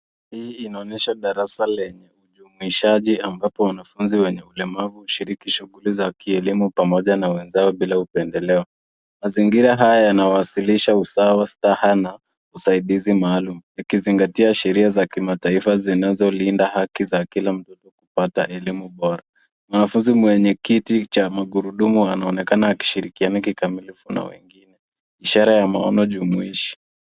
Hii inaonyesha darasa lenye ujumuishaji ambapo wanafunzi wenye ulemavu hushiriki shughuli za kielimu pamoja na wenzao bila upendeleo. Mazingira haya yanawasilisha usawa, staha na usaidizi maalum ikizingatia sheria za kimataifa zinazolinda haki za kila mtoto kupata elimu bora. Mwanafunzi mwenye kiti cha magurudumu anaonekana akishirikiana kikamilifu na watoto wengine, ishara ya maono jumuishi.